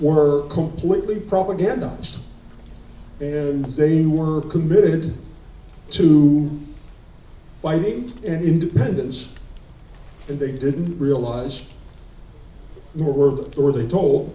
were completely propaganda and they were committed to fighting and independence and they didn't realize more or they told